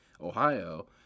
Ohio